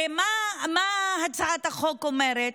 הרי מה הצעת החוק אומרת?